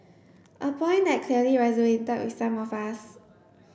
a point that clearly with some of us